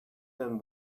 than